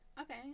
Okay